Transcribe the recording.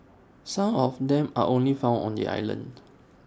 some of them are only found on the island